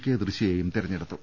K ദൃശ്യയെയും തെരഞ്ഞെടുത്തു